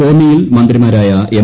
കോന്നിയിൽ മന്ത്രിമാരായ എം